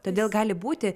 todėl gali būti